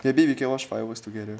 maybe we can watch fireworks together